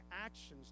actions